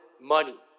money